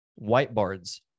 whiteboards